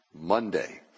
Monday